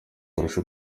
kurusha